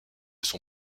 son